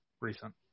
recent